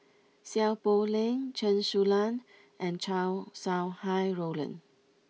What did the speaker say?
Seow Poh Leng Chen Su Lan and Chow Sau Hai Roland